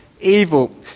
evil